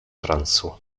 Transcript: transu